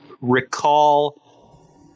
recall